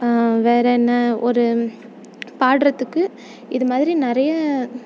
வேறு என்ன ஒரு பாடுறதுக்கு இது மாதிரி நிறைய